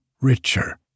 richer